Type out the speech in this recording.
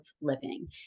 living